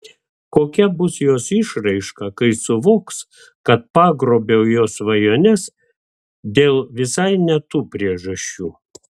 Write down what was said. kokia bus jos išraiška kai suvoks kad pagrobiau jos svajones dėl visai ne tų priežasčių